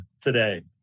today